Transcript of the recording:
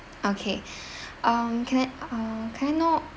okay um can I uh can I know